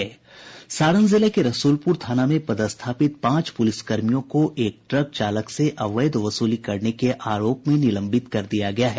सारण जिले में रसूलपुर थाना में पदस्थापित पांच पुलिसकर्मियों को एक ट्रक चालक से अवैध वसूली करने के आरोप में निलंबित कर दिया गया है